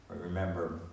Remember